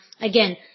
again